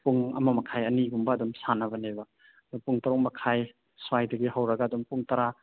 ꯄꯨꯡ ꯑꯃ ꯃꯈꯥꯏ ꯑꯅꯤꯒꯨꯝꯕ ꯑꯗꯨꯝ ꯁꯥꯟꯅꯕꯅꯦꯕ ꯑꯗꯨ ꯄꯨꯡ ꯇꯔꯨꯛ ꯃꯈꯥꯏ ꯁ꯭ꯋꯥꯏꯗꯒꯤ ꯍꯧꯔꯒ ꯑꯗꯨꯝ ꯄꯨꯡ ꯇꯔꯥ